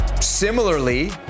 Similarly